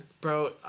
Bro